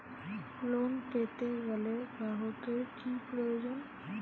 Loan পেতে গেলে গ্রাহকের কি প্রয়োজন?